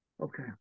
okay